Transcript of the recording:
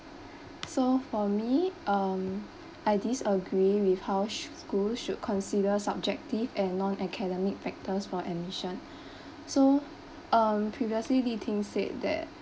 so for me um I disagree with how sh~ school should consider subjective and non academic factors for admission so um previously Li-Ting said that